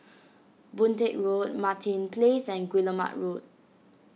Boon Teck Road Martin Place and Guillemard Road